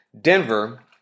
Denver